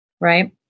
Right